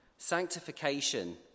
Sanctification